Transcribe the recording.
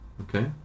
Okay